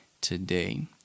today